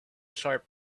sharp